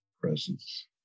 presence